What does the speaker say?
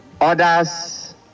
others